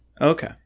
Okay